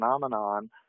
phenomenon